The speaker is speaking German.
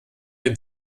den